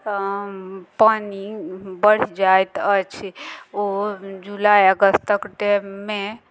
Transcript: पानि बढ़ि जाइत अछि ओ जुलाई अगस्तक टाइममे